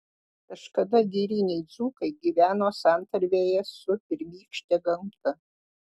kažkada giriniai dzūkai gyveno santarvėje su pirmykšte gamta